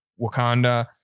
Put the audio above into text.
Wakanda